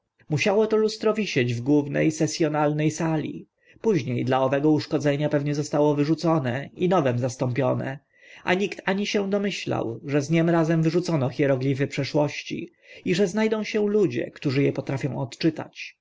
musiało to lustro wisieć w główne ses onalne sali późnie dla owego uszkodzenia pewnie zostało wyrzucone i nowym zastąpione a nikt się nie domyślał że z nim razem wyrzucono hierogli przeszłości i że zna dą się ludzie którzy e potrafią odczytać